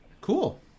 Cool